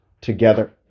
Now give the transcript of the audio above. together